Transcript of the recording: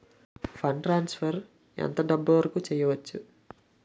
Fund transfer ఎంత డబ్బు వరుకు చేయవచ్చు?